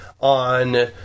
on